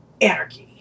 anarchy